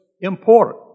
important